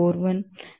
5